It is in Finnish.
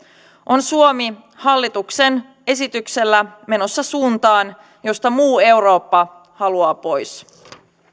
on suomi hallituksen esityksellä menossa suuntaan josta muu eurooppa haluaa pois